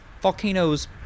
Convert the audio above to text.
volcanoes